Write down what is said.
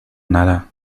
nada